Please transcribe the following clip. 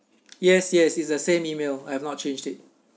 yes yes it's the same email I have not changed it